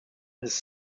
his